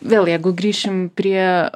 vėl jeigu grįšim prie